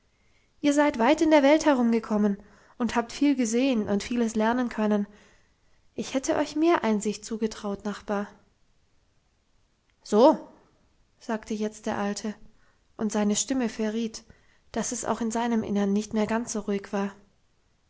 ihr seid weit in der welt herumgekommen und habt viel gesehen und vieles lernen können ich hätte euch mehr einsicht zugetraut nachbar so sagte jetzt der alte und seine stimme verriet dass es auch in seinem innern nicht mehr so ganz ruhig war